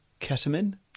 Ketamine